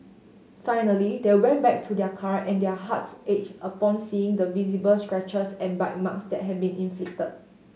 finally they went back to their car and their hearts ached upon seeing the visible scratches and bite marks that had been inflicted